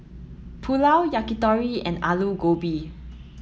Pulao Yakitori and Alu Gobi